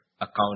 account